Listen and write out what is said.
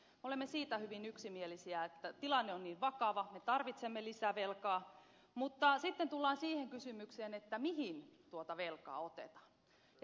me olemme siitä hyvin yksimielisiä että tilanne on niin vakava me tarvitsemme lisävelkaa mutta sitten tullaan siihen kysymykseen mihin tuota velkaa otetaan